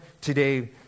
today